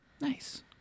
nice